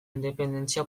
independentzia